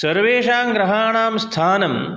सर्वेषां ग्रहाणां स्थानं